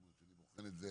זאת אומרת, אני בוחן את זה